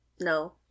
No